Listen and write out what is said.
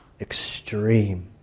extreme